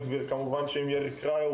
גם עם השר איתמר בן גביר וגם עם יאיר קראוס,